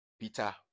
Peter